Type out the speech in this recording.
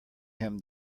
him